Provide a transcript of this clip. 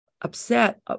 upset